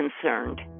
concerned